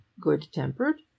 good-tempered